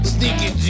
Sneaky